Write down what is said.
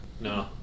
No